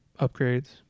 Upgrades